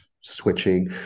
switching